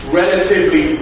relatively